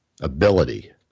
ability